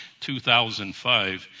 2005